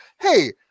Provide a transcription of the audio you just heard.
hey